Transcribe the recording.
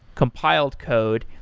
compile code.